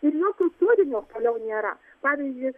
ir jokio turinio toliau nėra pavyzdžiui